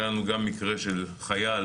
היה לנו גם מקרה של חייל,